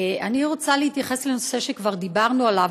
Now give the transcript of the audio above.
אני רוצה להתייחס לנושא שכבר דיברנו עליו.